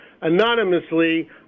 Anonymously